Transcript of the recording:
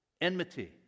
enmity